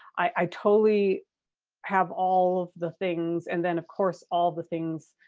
i totally have all of the things and then of course, all the things,